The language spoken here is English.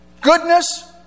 Goodness